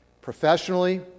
Professionally